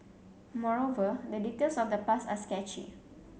moreover the details of the past are sketchy